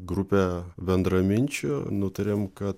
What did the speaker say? grupė bendraminčių nutarėm kad